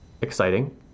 exciting